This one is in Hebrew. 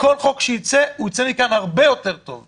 כל חוק שיצא, הוא יצא מכאן הרבה יותר טוב.